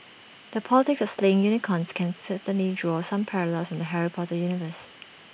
the politics of slaying unicorns can certainly draw some parallels from the Harry Potter universe